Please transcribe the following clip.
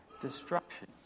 destruction